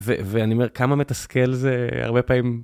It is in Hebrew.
ואני אומר כמה מתסכל זה הרבה פעמים.